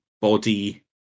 body